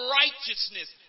righteousness